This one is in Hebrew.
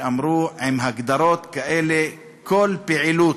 הם אמרו: עם הגדרות כאלה כל פעילות,